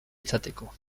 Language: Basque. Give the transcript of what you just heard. izateko